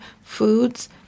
foods